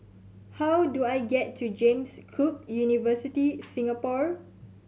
how do I get to James Cook University Singapore